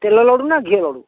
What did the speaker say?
ତେଲ ଲଡ଼ୁ ନା ଘିଅ ଲଡ଼ୁ